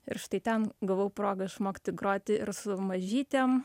ir štai ten gavau progą išmokti groti ir su mažytėm